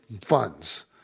funds